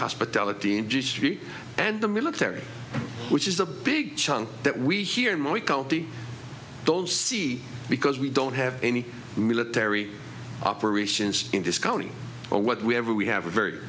hospitality industry and the military which is a big chunk that we here in my county don't see because we don't have any military operations in this county or what we have or we have a very